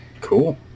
Cool